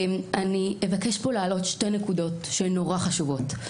אבקש להעלות פה שתי נקודות שהן נורא חשובות.